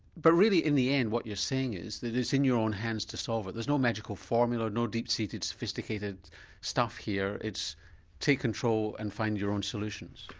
but really in the end what you're saying is that it's in your own hands to solve it, there's no magical formula, no deep seated sophisticated stuff here, it's take control and find your own solutions?